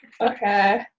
Okay